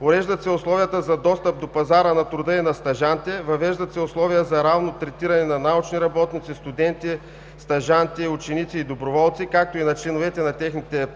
Уреждат се условията за достъп до пазара на труда и на стажантите, въвеждат се условия за равно третиране на научни работници, студенти, стажанти, ученици и доброволци, както и на членовете на техните